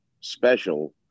special